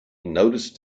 noticed